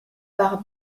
par